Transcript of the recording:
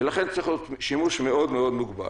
ולכן צריך להיות שימוש מאוד מאוד מוגבל.